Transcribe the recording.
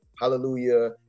hallelujah